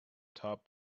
top